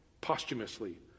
Posthumously